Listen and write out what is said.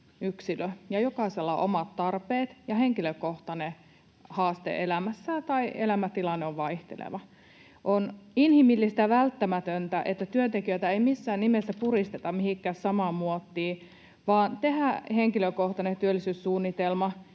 jokaisella on omat tarpeensa ja henkilökohtainen haasteensa elämässään tai elämäntilanne on vaihteleva. On inhimillistä ja välttämätöntä, että työntekijöitä ei missään nimessä puristeta mihinkään samaan muottiin vaan tehdään henkilökohtainen työllisyyssuunnitelma,